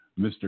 Mr